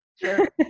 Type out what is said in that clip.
Sure